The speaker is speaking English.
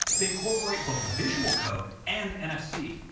they incorporate both a visual code and nfc,